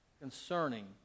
concerning